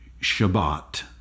Shabbat